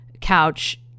couch